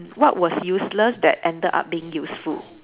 what was useless that ended up being useful